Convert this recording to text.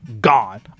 gone